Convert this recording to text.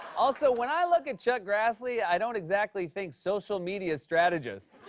also, when i look at chuck grassley, i don't exactly think social-media strategist.